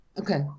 Okay